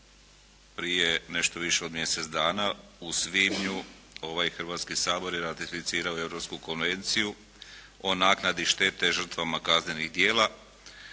prije nešto više od mjesec dana u svibnju, ovaj Hrvatski sabor je ratificirao Europsku konvenciju o naknadi štete žrtvama kaznenih djela,